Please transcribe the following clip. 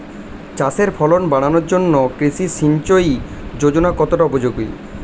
চাষের ফলন বাড়ানোর জন্য কৃষি সিঞ্চয়ী যোজনা কতটা উপযোগী?